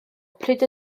pryd